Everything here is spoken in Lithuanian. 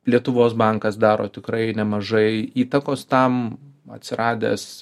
lietuvos bankas daro tikrai nemažai įtakos tam atsiradęs